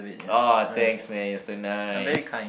oh thanks man you're so nice